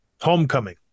homecoming